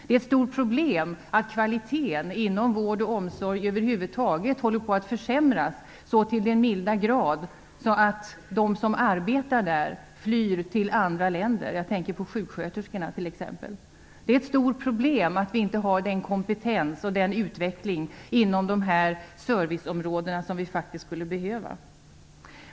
Det är ett stort problem att kvaliteten inom vård och omsorg över huvud taget håller på att försämras så till den milda grad att de som arbetar där flyr till andra länder. Jag tänker t.ex. på sjuksköterskorna. Det är ett stort problem att vi inte har den kompetens och den utveckling som vi faktiskt skulle behöva inom de här serviceområdena.